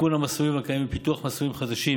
עדכון המסלולים הקיימים ופיתוח מסלולים חדשים